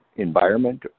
environment